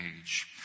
age